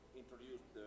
introduced